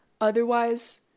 Otherwise